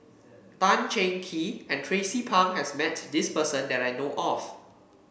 Tan Cheng Kee and Tracie Pang has met this person that I know of